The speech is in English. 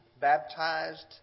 baptized